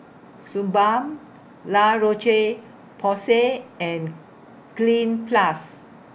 Suu Balm La Roche Porsay and Cleanz Plus